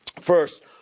First